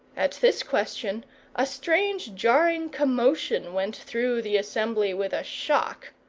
at this question a strange jarring commotion went through the assembly with a shock.